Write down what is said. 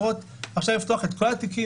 עכשיו לפתוח את כל התיקים,